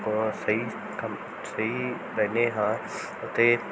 ਸਹੀ ਕੰ ਸਹੀ ਰਹਿੰਦੇ ਹਾਂ ਅਤੇ